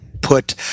put